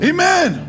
Amen